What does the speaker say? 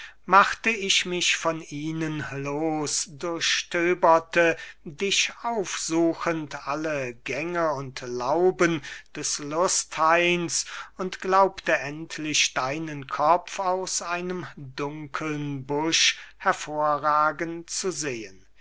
machte ich mich von ihnen los durchstöberte dich aufsuchend alle gänge und lauben des lusthains und glaubte endlich deinen kopf aus einem dunkeln busch hervorragen zu sehen